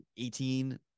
18